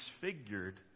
disfigured